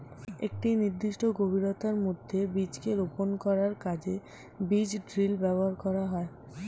একটি নির্দিষ্ট গভীরতার মধ্যে বীজকে রোপন করার কাজে বীজ ড্রিল ব্যবহার করা হয়